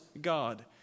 God